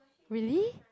really